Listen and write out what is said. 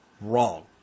wrong